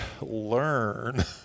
learn